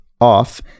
off